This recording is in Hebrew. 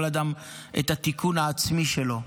כל אדם את התיקון העצמי שלו.